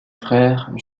frère